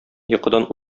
йокыдан